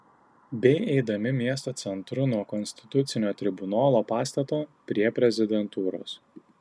bei eidami miesto centru nuo konstitucinio tribunolo pastato prie prezidentūros